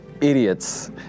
Idiots